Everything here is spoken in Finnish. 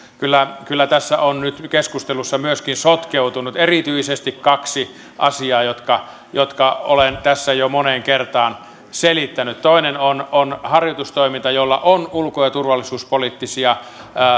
kyllä kyllä tässä on nyt keskustelussa myöskin sotkeutunut erityisesti kaksi asiaa jotka jotka olen tässä jo moneen kertaan selittänyt toinen on on harjoitustoiminta jolla on ulko ja turvallisuuspoliittisia